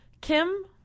Kim